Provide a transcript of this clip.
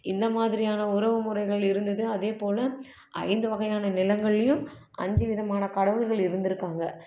இந்த மாதிரியான உறவு முறைகள் இருந்தது அதேபோல் ஐந்து வகையான நிலங்கள்லையும் அஞ்சு விதமான கடவுள்கள் இருந்திருக்காங்க